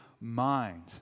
mind